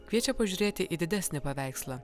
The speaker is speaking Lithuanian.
kviečia pažiūrėti į didesnį paveikslą